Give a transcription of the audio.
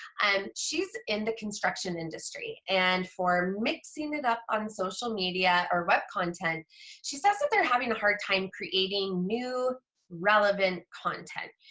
and she's in the construction industry and for mixing it up on social media or web content she says that they're having a hard time creating new relevant content.